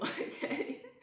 okay